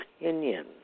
opinion